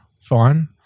Fine